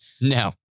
no